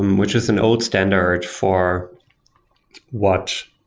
um which is an old standard for what